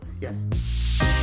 Yes